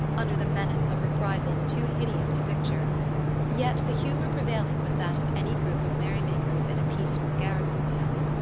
under the menace of reprisals too hideous to picture yet the humour prevailing was that of any group of merry-makers in a peaceful garrison town.